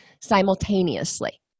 simultaneously